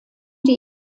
die